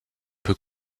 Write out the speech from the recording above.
peu